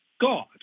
God